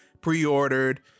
pre-ordered